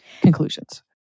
conclusions